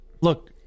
look